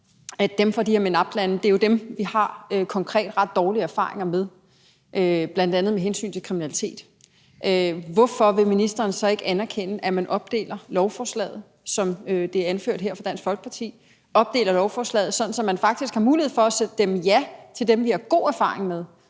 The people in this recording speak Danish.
fra de her MENAPT-lande er dem, vi konkret har ret dårlige erfaringer med, bl.a. med hensyn til kriminalitet, hvorfor vil ministeren så ikke acceptere, at man, som det er anført her fra Dansk Folkepartis side, opdeler lovforslaget, sådan at man faktisk har mulighed for at stemme ja til dem, vi har god erfaring med,